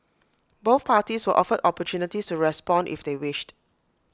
both parties were offered opportunities to respond if they wished